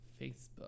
Facebook